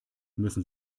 müssen